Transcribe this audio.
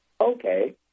okay